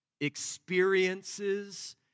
experiences